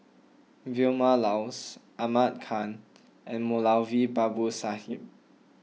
Vilma Laus Ahmad Khan and Moulavi Babu Sahib